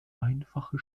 einfache